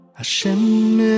Hashem